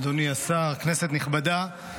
אדוני השר, כנסת נכבדה,